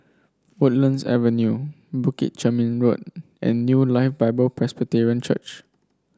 Woodlands Avenue Bukit Chermin Road and New Life Bible Presbyterian Church